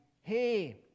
hey